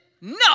no